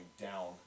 down